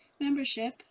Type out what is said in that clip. Membership